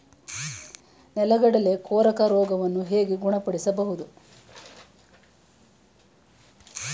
ನೆಲಗಡಲೆ ಕೊರಕ ರೋಗವನ್ನು ಹೇಗೆ ಗುಣಪಡಿಸಬಹುದು?